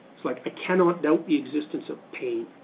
it's like, i cannot doubt the existence of pain.